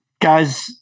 Guys